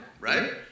right